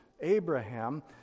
Abraham